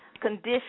condition